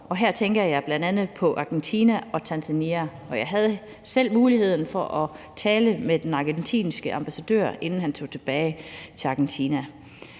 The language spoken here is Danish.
år. Her tænker jeg bl.a. på Argentina og Tanzania. Jeg havde selv muligheden for at tale med den argentinske ambassadør, inden han tog tilbage til Argentina.